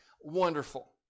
Wonderful